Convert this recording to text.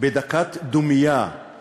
בדקת דומייה על